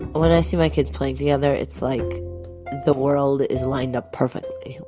when i see my kids playing together it's like the world is lined up perfectly.